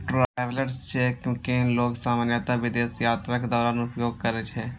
travellers cheque कें लोग सामान्यतः विदेश यात्राक दौरान उपयोग करै छै